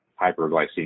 hyperglycemia